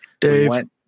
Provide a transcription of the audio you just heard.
Dave